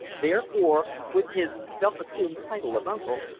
therefore, with his self-assumed title of uncle,